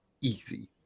easy